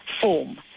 form